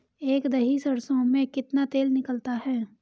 एक दही सरसों में कितना तेल निकलता है?